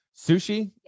sushi